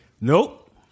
Nope